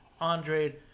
Andre